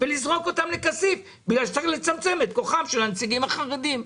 ולזרוק אותם לכסיף בגלל שצריך לצמצם את כוחם של הנציגים החרדים.